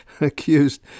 accused